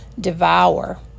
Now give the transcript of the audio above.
devour